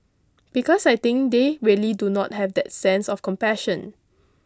because I think they really do not have that sense of compassion